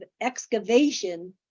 excavation